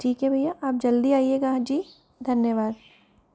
ठीक है भैया आप जल्दी आइएगा जी धन्यवाद